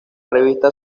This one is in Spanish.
revista